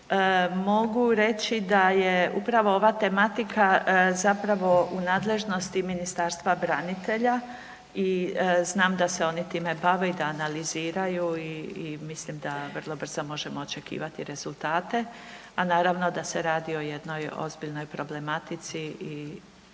Mogu reći da je upravo ova tematika zapravo u nadležnosti Ministarstva branitelja i znam da se oni time bave i da analiziraju i mislim da vrlo brzo možemo očekivati rezultate, a naravno da se radi o jednoj ozbiljnoj problematici i